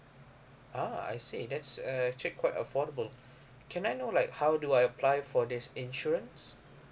ah I see that's uh actually quite affordable can I know like how do I apply for this insurance